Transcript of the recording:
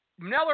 Neller